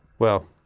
well